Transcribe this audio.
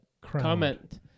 comment